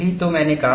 यही तो मैंने कहा